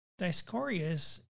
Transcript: Discorius